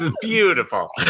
Beautiful